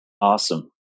Awesome